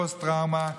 פוסט-טראומה.